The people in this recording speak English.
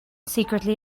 secretly